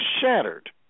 shattered